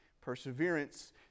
perseverance